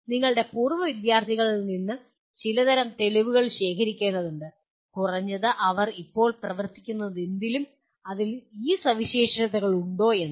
നിങ്ങളുടെ പൂർവ്വ വിദ്യാർത്ഥികളിൽ നിന്നും ചിലതരം തെളിവുകൾ ശേഖരിക്കേണ്ടതുണ്ട് കുറഞ്ഞത് അവർ ഇപ്പോൾ പ്രവർത്തിക്കുന്നതെന്തിലും അതിൽ ഈ സവിശേഷതകൾ ഉണ്ടോ എന്ന്